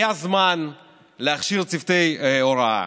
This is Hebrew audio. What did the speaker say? היה זמן להכשיר צוותי הוראה,